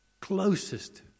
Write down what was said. closest